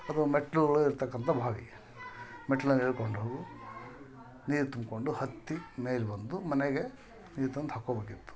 ಅದು ಮೆಟ್ಟಿಲುಗಳು ಇರತಕ್ಕಂತ ಬಾವಿ ಮೆಟ್ಲಲ್ಲಿ ಇಳ್ಕೊಂಡು ನೀರು ತುಂಬಿಕೊಂಡು ಹತ್ತಿ ಮೇಲೆ ಬಂದು ಮನೆಗೆ ನೀರು ತಂದು ಹಾಕೋಬೇಕಿತ್ತು